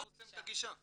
בבקשה.